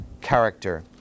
character